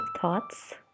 thoughts